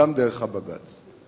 גם דרך הבג"ץ.